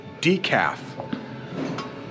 decaf